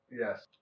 Yes